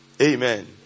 Amen